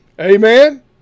amen